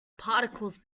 particles